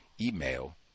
email